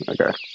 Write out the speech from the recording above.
Okay